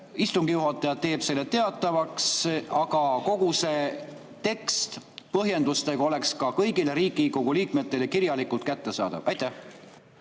istungi juhataja teeb selle teatavaks, aga kogu see tekst põhjendustega oleks ka kõigile Riigikogu liikmetele kirjalikult kättesaadav? Aitäh,